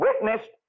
witnessed